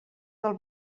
del